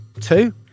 Two